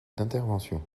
d’intervention